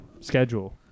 schedule